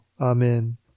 Amen